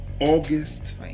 August